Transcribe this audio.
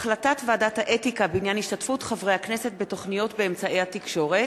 החלטת ועדת האתיקה בעניין השתתפות חברי הכנסת בתוכניות באמצעי התקשורת.